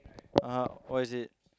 (uh huh) what is it